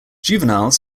juveniles